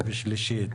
ושלישית.